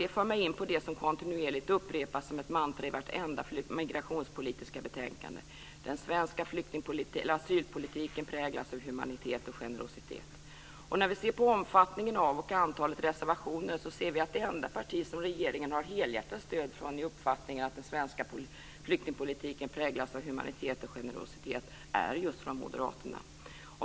Detta för mig in på det som kontinuerligt upprepas som ett mantra i vartenda migrationspolitiskt betänkande: "Den svenska asylpolitiken präglas av humanitet och generositet." När vi ser på omfattningen av och antalet reservationer ser vi att det enda parti som regeringen har helhjärtat stöd från i uppfattningen att den svenska flyktingpolitiken präglas av humanitet och generositet är just Moderaterna.